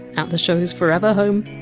at the show! s forever home,